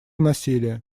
насилия